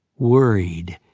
worried.